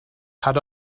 had